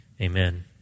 Amen